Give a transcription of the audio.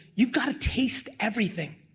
you've gotta taste everything.